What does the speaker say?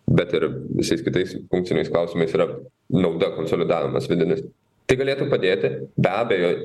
bet ir visais kitais funkciniais klausimais yra nauda konsolidavimas vidinis tai galėtų padėti be abejo